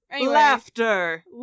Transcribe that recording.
Laughter